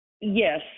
Yes